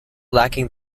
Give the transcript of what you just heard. lacking